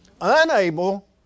unable